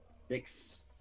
six